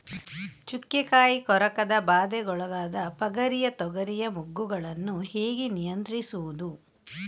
ಚುಕ್ಕೆ ಕಾಯಿ ಕೊರಕದ ಬಾಧೆಗೊಳಗಾದ ಪಗರಿಯ ತೊಗರಿಯ ಮೊಗ್ಗುಗಳನ್ನು ಹೇಗೆ ನಿಯಂತ್ರಿಸುವುದು?